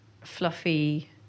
fluffy